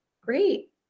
Great